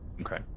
Okay